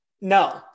No